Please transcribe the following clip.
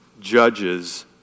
judges